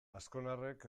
azkonarrek